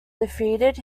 defeated